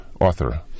author